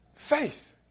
Faith